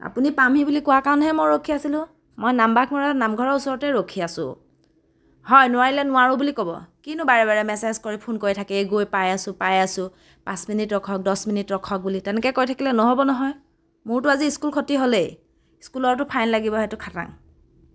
আপুনি পামহি বুলি কোৱা কাৰণেহে মই ৰখি আছিলো মই নামবাঘমৰা নামঘৰৰ ওচৰতে ৰখি আছো হয় নোৱাৰিলে নোৱাৰো বুলি ক'ব কিনো বাৰে বাৰে মেছেজ কৰি ফোন কৰি থাকে এই গৈ পাই আছো পাই আছো পাঁচ মিনিট ৰখক দহ মিনিট ৰখক বুলি তেনেকৈ কৈ থাকিলে ন'হব নহয় মোৰটো আজি স্কুল খতি হ'লে স্কুলৰটো ফাইন লাগিব সেইটো খাটাং